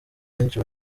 benshi